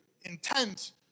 intent